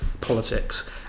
politics